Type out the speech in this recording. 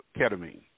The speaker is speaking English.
ketamine